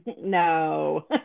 No